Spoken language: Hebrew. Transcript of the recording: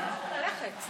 הטופס לא מוכן.